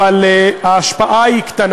אבל ההשפעה היא קטנה.